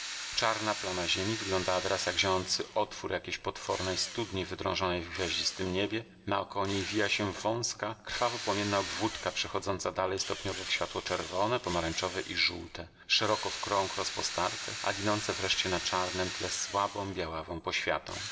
czarna plama ziemi wyglądała teraz jak zionący otwór jakiejś potwornej studni wydrążonej w gwiaździstem niebie naokoło niej wiła się wązka krwawo płomienna obwódka przechodząca dalej stopniowo w światło czerwone pomarańczowe i żółte szeroko w krąg rozpostarte a ginące wreszcie na czarnem tle słabą białawą poświatą a